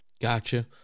gotcha